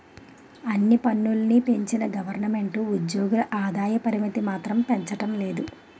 అన్ని పన్నులూ పెంచిన గవరమెంటు ఉజ్జోగుల ఆదాయ పరిమితి మాత్రం పెంచడం లేదు